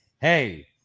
Hey